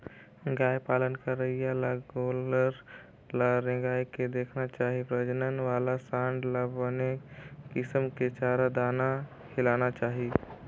गाय पालन करइया ल गोल्लर ल रेंगाय के देखना चाही प्रजनन वाला सांड ल बने किसम के चारा, दाना खिलाना चाही